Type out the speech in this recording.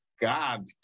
God